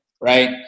right